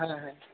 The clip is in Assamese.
হয় হয়